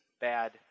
bad